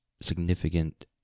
significant